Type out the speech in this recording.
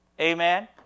Amen